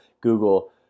Google